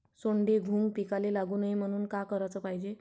सोंडे, घुंग पिकाले लागू नये म्हनून का कराच पायजे?